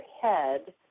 head